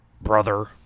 Brother